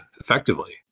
effectively